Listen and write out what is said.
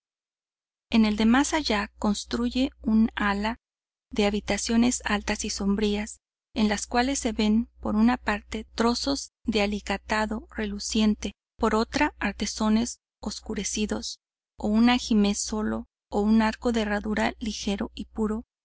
en el de más allá construye un ala de habitaciones altas y sombrías en las cuales se ven por una parte trozos de alicatado reluciente por otra artesones oscurecidos o un ajimez solo o un arco de herradura ligero y puro